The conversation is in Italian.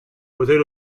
poter